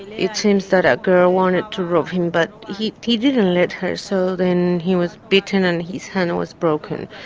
it seems that a girl wanted to rob him but he he didn't let her, so then he was bitten and his hand was broken.